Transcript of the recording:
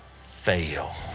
fail